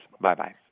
Bye-bye